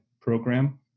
program